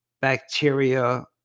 bacteria